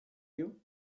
you